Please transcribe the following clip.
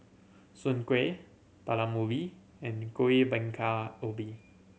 Soon Kway Talam Ubi and Kuih Bingka Ubi